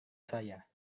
saya